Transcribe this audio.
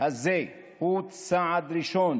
הזה הוא צעד ראשון